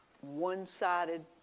one-sided